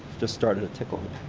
just started to tickle.